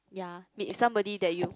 ya meet somebody that you